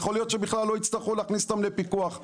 יכול היות שבכלל לא יצטרכו להכניס אותם לפיקוח,